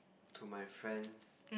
to my friends